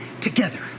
together